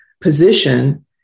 position